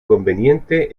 conveniente